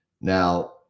Now